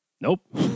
Nope